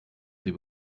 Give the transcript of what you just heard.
sie